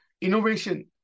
innovation